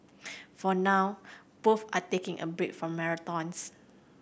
for now both are taking a break from marathons